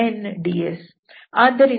ಇದು F